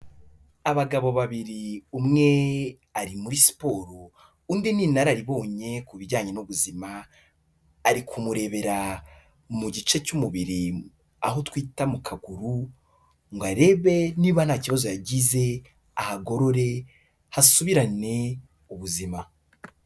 Abagabo babiri umwe ari muri siporo, undi ni inararibonye ku bijyanye n'ubuzima, ari kumurebera mu gice cy'umubiri aho twita mu kaguru ngo arebe niba nta kibazo yagize, ahagorore, hasubirane ubuzima.